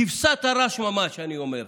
כבשת הרש ממש, אני אומר.